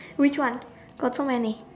which one got so many